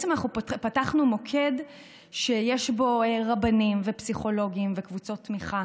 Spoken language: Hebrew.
אנחנו פתחנו מוקד שיש בו רבנים ופסיכולוגים וקבוצות תמיכה,